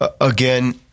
again